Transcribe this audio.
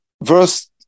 verse